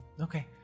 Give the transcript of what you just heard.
Okay